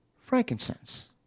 frankincense